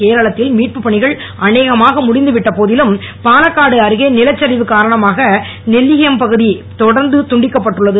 கேரளத்தில் மீட்பு பணிகன் அநேகமாக முடிந்து விட்ட போதிலும் பாலக்காடு அருகே நிலச்சரிவு காரணமாக நெல்கியம்பதி பகுதி தொடர்ந்து துண்டிக்கப்பட்டுள்ளது